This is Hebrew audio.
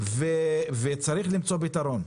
כלום.